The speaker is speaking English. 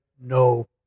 no